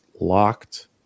locked